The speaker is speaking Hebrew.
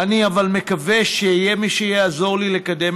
אני אבל מקווה שיהיה מי שיעזור לי לקדם